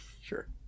Sure